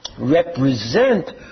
represent